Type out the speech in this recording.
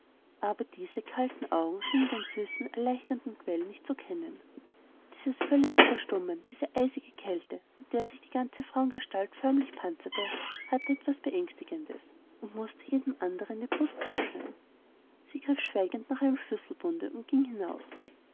aber diese kalten augen schienen den süßen erleichternden quell nicht zu kennen dieses völlige verstummen diese eisige kälte mit der sich die ganze frauengestalt förmlich panzerte hatte etwas beängstigendes und mußte jedem anderen die brust zuschnüren sie griff schweigend nach einem schlüsselbunde und ging hinaus